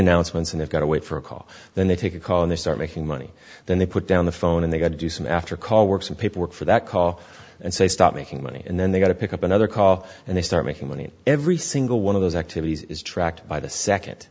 announcements and they've got to wait for a call then they take a call and they start making money then they put down the phone and they got to do some after call work some paperwork for that call and say stop making money and then they got to pick up another call and they start making money every single one of those activities is tracked by the second